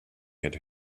had